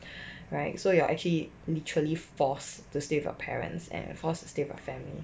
right so you are actually literally force to stay with your parents and force to stay with your family